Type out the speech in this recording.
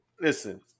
Listen